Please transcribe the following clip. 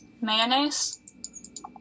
mayonnaise